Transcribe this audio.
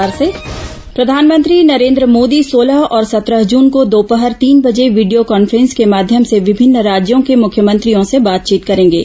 प्रधानमंत्री मुख्यमंत्री बातचीत प्रधानमंत्री नरेन्द्र मोदी सोलह और सत्रह जून को दोपहर तीन बजे वीडियो कॉन्फ्रेंस के माध्यम से विभिन्न राज्यों के मुख्यमंत्रियों से बातचीत करेंगे